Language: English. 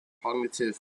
cognitive